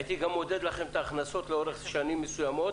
הייתי גם מודד לכם את ההכנסות לאורך שנים מסוימות